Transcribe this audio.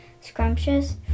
Scrumptious